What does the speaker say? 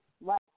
right